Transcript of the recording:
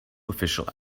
official